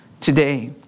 today